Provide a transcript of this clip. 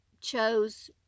chose